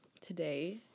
today